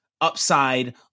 upside